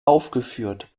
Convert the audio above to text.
aufgeführt